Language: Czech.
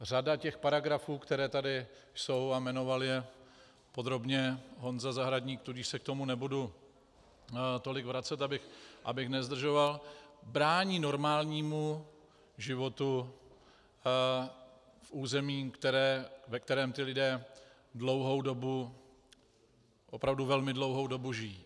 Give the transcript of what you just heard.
Řada paragrafů, které tady jsou, a jmenoval je podrobně Honza Zahradník, tudíž se k tomu nebudu tolik vracet, abych nezdržoval, brání normálnímu životu v území, ve kterém ti lidé dlouhou dobu, opravdu velmi dlouhou dobu žijí.